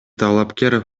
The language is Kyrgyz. талапкер